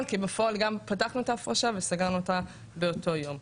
כי בפועל גם פתחנו את ההפרשה וגם סגרנו אותה באותו יום.